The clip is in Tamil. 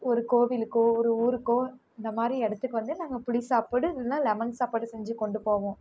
ஒரு கோவிலுக்கோ ஒரு ஊருக்கோ இந்த மாதிரி இடத்துக்கு வந்து நாங்கள் புளி சாப்பாடு இல்லைன்னா லெமன் சாப்பாடு செஞ்சு கொண்டு போவோம்